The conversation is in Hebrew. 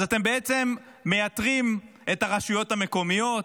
אז אתם בעצם מייתרים את הרשויות המקומיות,